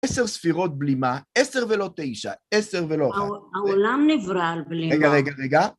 עשר ספירות בלימה, עשר ולא תשע, עשר ולא אחת. העולם נברא על בלימה. רגע, רגע, רגע.